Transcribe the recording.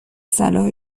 صلاح